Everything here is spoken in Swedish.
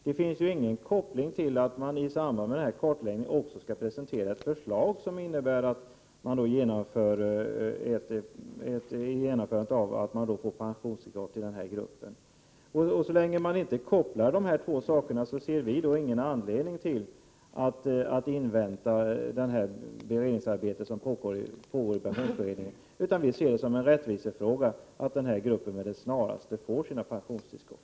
Det finns ju ingen koppling till att pensionsberedningen i samband med kartläggningen också skall lämna förslag som innebär att denna grupp också skall få pensionstillskott. Så länge dessa två saker inte kopplas samman ser vi ingen anledning att invänta det utredningsarbete som pågår inom pensionsberedningen. Vi tycker att det är en rättvisefråga att denna grupp med det snaraste skall få sina pensionstillskott.